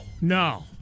no